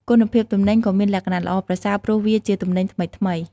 គុណភាពទំនិញក៏មានលក្ខណៈល្អប្រសើរព្រោះវាជាទំនិញថ្មីៗ។